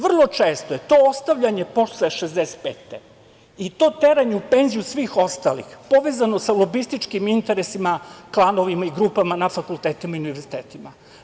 Vrlo često je to ostavljanje posle 65. i to teranje u penziju svih ostalih povezano sa lobističkim interesima, klanovima i grupama na fakultetima i univerzitetima.